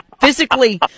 physically